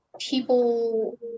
people